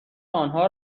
آنها